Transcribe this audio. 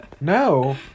No